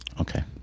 Okay